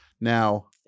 Now